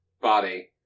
body